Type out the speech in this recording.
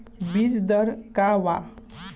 बीज दर का वा?